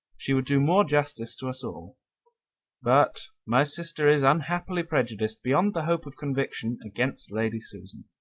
she would do more justice to us all but my sister is unhappily prejudiced beyond the hope of conviction against lady susan.